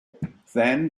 then